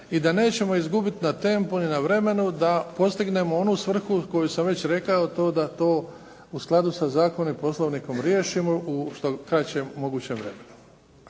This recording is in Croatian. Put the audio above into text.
i da nećemo izgubit na tempu ni na vremenu da postignemo onu svrhu koju sam već rekao da to u skladu sa zakonom i Poslovnikom riješimo u što kraćem mogućem vremenu.